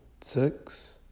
six